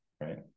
right